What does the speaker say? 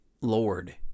Lord